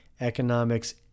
economics